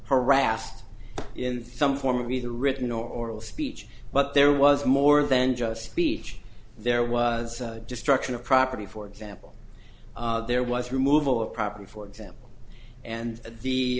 harassed in some form of either written or oral speech but there was more than just speech there was just struck in a property for example there was removal of property for example and the